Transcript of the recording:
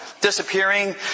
disappearing